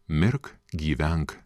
mirk gyvenk